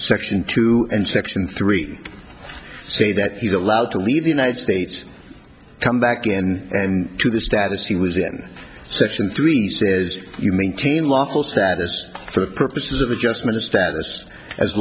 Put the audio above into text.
section two and section three say that he's allowed to leave the united states come back and to the status he was in section three says you maintain lawful status for purposes of adjustment of status as